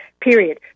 period